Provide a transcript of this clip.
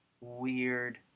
weird